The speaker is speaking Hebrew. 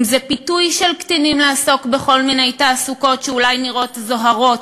אם פיתוי של קטינים לעסוק בכל מיני תעסוקות שאולי נראות זוהרות